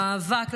המאבק להחזירם.